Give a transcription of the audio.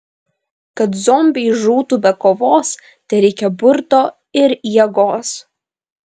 kad zombiai žūtų be kovos tereikia burto ir jėgos